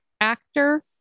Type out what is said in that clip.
actor